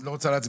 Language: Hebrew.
מי נגד?